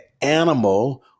animal